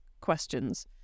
questions